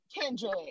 Kendrick